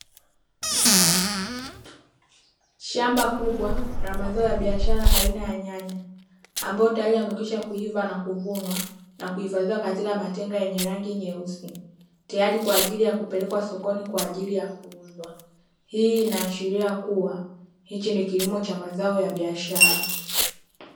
Shamba kubwa la mazao ya biashara aina ya nyanya ambao tayari yamekwisha kuiva na kuvunwa, na kuhifadhiwa katika matenga yenye rangi nyeusi tayari kwa ajili ya kupelekwa sokoni kwa ajili ya kuuzwa. Hii inaashiria kuwa hichi ni kilimo cha mazao ya biashara.